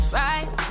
right